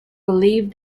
believed